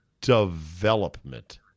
development